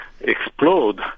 explode